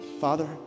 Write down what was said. Father